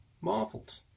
marvelled